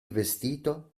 vestito